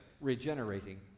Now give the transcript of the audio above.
regenerating